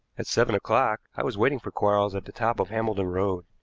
at seven o'clock i was waiting for quarles at the top of hambledon road.